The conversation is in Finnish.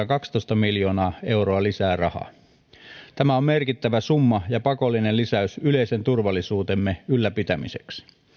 kaksitoista miljoonaa euroa lisää rahaa tämä on merkittävä summa ja pakollinen lisäys yleisen turvallisuutemme ylläpitämiseksi